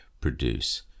produce